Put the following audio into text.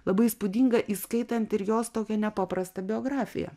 labai įspūdinga įskaitant ir jos tokią nepaprastą biografiją